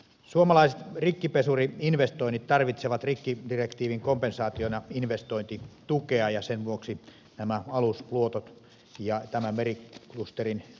suomalaiset rikkipesuri investoinnit tarvitsevat rikkidirektiivin kompensaationa investointitukea ja sen vuoksi nämä alusluotot ja tämä meriklusterin tukeminen on erittäin tärkeää